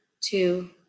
two